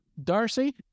Darcy